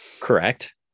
Correct